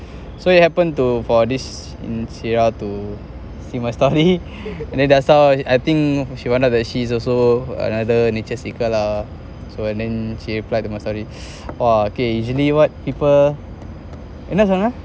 so you happen to for this insyria to see my stuff already and then just now I think she wanted that she is also another nature seeker lah so and then she replied to my story !wah! okay usually what people என்ன சொன்ன:enna sonna